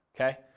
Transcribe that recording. okay